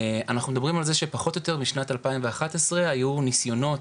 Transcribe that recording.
אנחנו מדברים על זה שפחות או יותר משנת 2011 היו נסיונות,